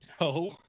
no